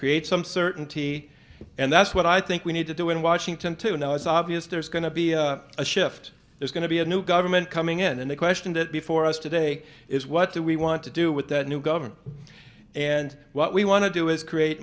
create some certainty and that's what i think we need to do in washington to now it's obvious there's going to be a shift there's going to be a new government coming in and the question that before us today is what do we want to do with that new government and what we want to do is create